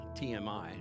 TMI